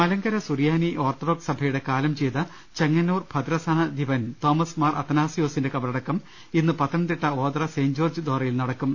Malankara Suriyani Orthodox സഭയുടെ കാലം ചെയ്ത ചെങ്ങന്നൂർ ഭദ്രാസനാധിപൻ തോമസ് മാർ അത്തനാസിയോ സിന്റെ കബറടക്കം ഇന്ന് പത്തനംതിട്ട ഓതറ സെന്റ് ജോർജ്ജ് ദേറായിൽ നടക്കും